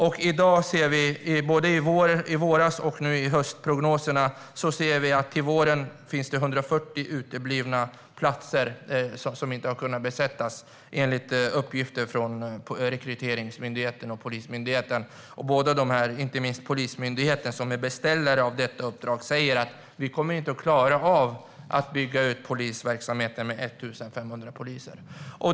Till våren är det enligt uppgifter från Rekryteringsmyndigheten och Polismyndigheten 140 platser som inte har kunnat besättas. Båda dessa myndigheter, men inte minst Polismyndigheten som är beställare av detta uppdrag, säger att vi inte kommer att klara av att bygga ut polisverksamheten med 1 500 poliser.